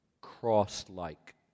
cross-like